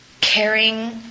caring